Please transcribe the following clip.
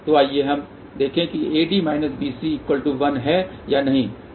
तो आइए हम देखें AD BC1 या नहीं